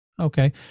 Okay